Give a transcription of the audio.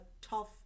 tough